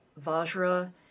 Vajra